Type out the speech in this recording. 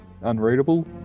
unreadable